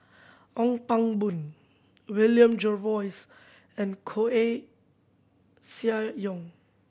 Ong Pang Boon William Jervois and Koeh Sia Yong